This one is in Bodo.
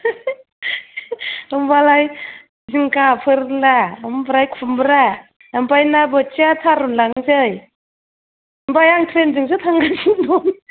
होमबालाय जिंखा फोरला ओमफ्राय खुमब्रा ओमफ्राय ना बोथिया थारुन लांनोसै ओमफ्राय आं ट्रेनजोंसो थांगासिनो दं